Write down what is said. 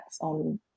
on